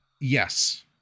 yes